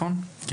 בבקשה.